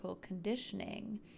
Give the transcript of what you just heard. conditioning